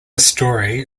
story